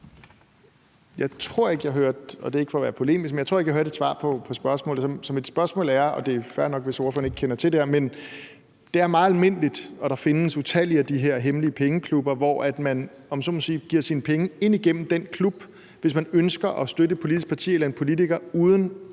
Jeg tror ikke, jeg hørte, og det er ikke for at være polemisk, et svar på spørgsmålet. Det er fair nok, hvis ordføreren ikke kender til det her, men det er meget almindeligt, og der findes utallige af de her hemmelige pengeklubber, hvor man giver sine penge ind igennem den klub, hvis man ønsker at støtte et politisk parti eller en politiker, uden